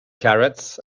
carrots